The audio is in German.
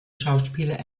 schauspieler